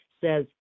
says